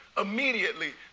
Immediately